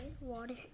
Water